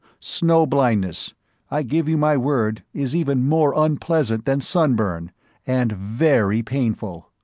snowblindness i give you my word is even more unpleasant than sunburn and very painful!